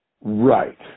Right